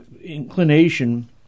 inclination